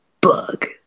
bug